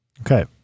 Okay